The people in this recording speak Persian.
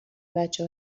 بچه